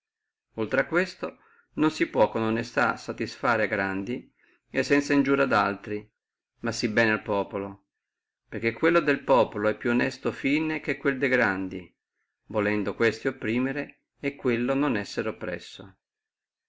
oltre a questo non si può con onestà satisfare a grandi e sanza iniuria daltri ma sí bene al populo perché quello del populo è più onesto fine che quello de grandi volendo questi opprimere e quello non essere oppresso